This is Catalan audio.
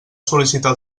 sol·licitar